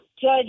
Judge